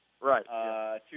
Right